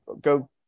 go